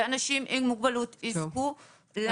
ואנשים עם מוגבלות יזכו לשוויון.